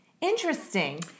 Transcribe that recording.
Interesting